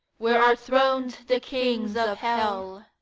where are throned the kings of hell,